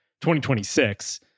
2026